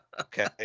Okay